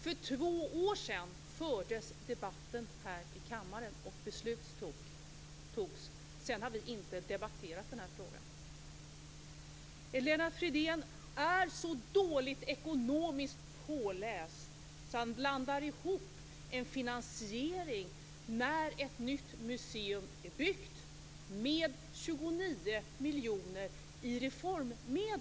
För två år sedan fördes en debatt i kammaren och beslut fattades. Efter det har vi inte debatterat frågan. Lennart Fridén är så dåligt ekonomiskt påläst så han blandar ihop en finansiering när ett nytt museum är byggt med 29 miljoner kronor i reformmedel.